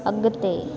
अगि॒ते